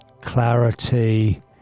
clarity